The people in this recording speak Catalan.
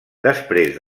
després